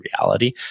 reality